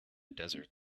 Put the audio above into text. desert